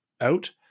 out